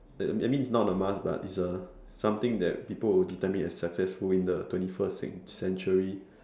uh I mean is not a must but is a something that people will determine as successful in the twenty first century